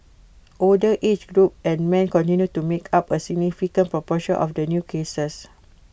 older age group and men continued to make up A significant proportion of the new cases